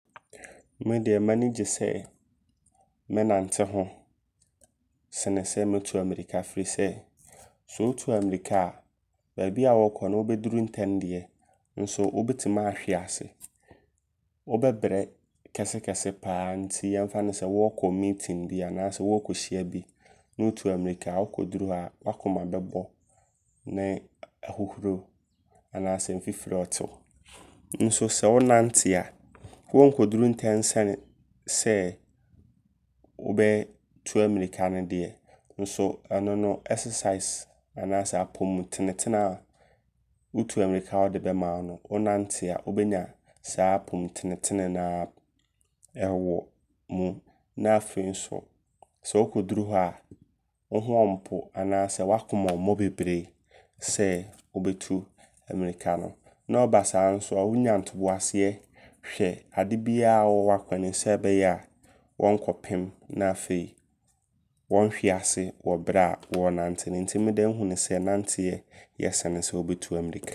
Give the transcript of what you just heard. Medeɛ m'ani gye sɛ mɛnante ho sene sɛ mɛtu ammirika. Sɛ wotu ammirika a baabia wɔɔkɔ no wobɛduru ntɛm deɛ nso wobɛtim aka ahwease. Wobɛbrɛ kɛsekɛse paa. Nti yɛmfa no sɛ wɔɔkɔ meeting bia anaasɛ wɔɔkɔhyia bi ne wotu ammirika ne wokɔduru hɔ a w'akoma bɛbɔ ne ahuhuro anaasɛ mfifire anaasɛ mfufire ɔɔte wo. Nso sɛ wo nante a wonkɔduru ntɛm sene sɛ wobɛtu ammirika deɛ. Nso ɛno no exercise anaasɛ apɔmutenetene a sɛ wotu ammirika a ɔde bɛma wo no sɛ wonante a wobɛnya saa apɔmutenetene naa ɛwɔ mu. Na afei nso sɛ wokɔduru hɔ a wo ho ɔmpo anaa sɛ w'akoma ɔmmɔ bebree sɛ wobɛtu ammirika no. Na ɔbasaa nso a wonya ntoboaseɛ hwɛ ade biaa ɔwɔ w'akwanem sɛ ɛbɛyɛ a wonkɔpem. Na afei wonhwease wɔ berɛ a wɔɔnante no. Nti medeɛ nhu no sɛ nanateɛ yɛ sene sɛ wobɛtu ammirika.